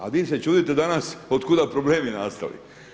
A vi se čudite danas od kuda problemi nastali.